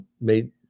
made